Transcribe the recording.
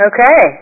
Okay